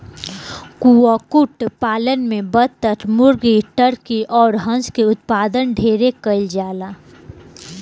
कुक्कुट पालन में बतक, मुर्गी, टर्की अउर हंस के उत्पादन ढेरे कईल जाला